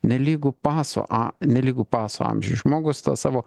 nelygu paso a nelygu paso amžiuj žmogus tą savo